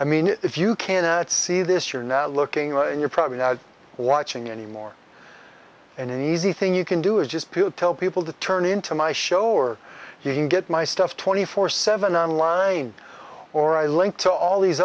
i mean if you can't see this you're now looking at you're probably not watching any more and an easy thing you can do is just beutel people to turn into my show or you can get my stuff twenty four seven on line or i link to all these